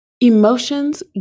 Emotions